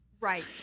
right